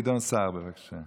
חבר הכנסת גדעון סער, בבקשה.